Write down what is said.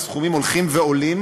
והסכומים הולכים ועולים.